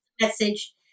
message